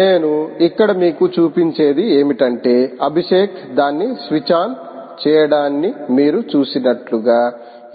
నేను ఇక్కడ మీకు చూపించేది ఏమిటంటే అభిషేక్ దాన్ని స్విచ్ ఆన్ చేయడాన్ని మీరు చూసినట్లుగా